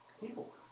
People